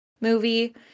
movie